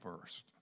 first